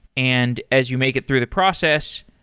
and as you make it through the process,